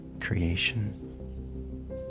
creation